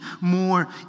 more